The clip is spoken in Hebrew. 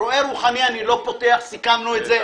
"רועה רוחני" אני לא פותח, סיכמנו את זה.